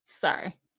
Sorry